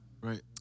Right